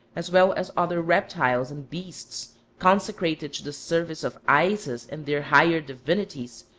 as well as other reptiles and beasts consecrated to the service of isis and their higher divinities,